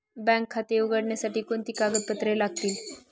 Bank खाते उघडण्यासाठी कोणती कागदपत्रे लागतील?